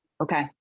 Okay